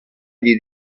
gli